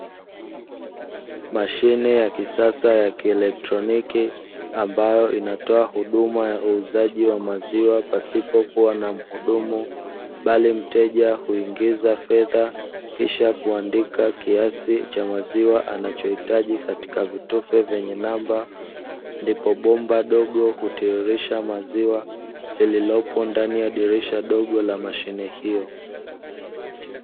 Mashine ya kisasa ya kielektroniki ambayo inatoa huduma ya uuzaji wa maziwa pasipokua na mhudumu, bali mteja huingiza fedha kisha kuandika kiasi cha maziwa anachohitaji katika vitufe vyenye namba, ndipo bomba dogo hutiririsha maziwa lililopo ndani ya dirisha dogo la mashine hiyo.